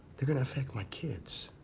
they're going to affect my kids.